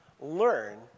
learn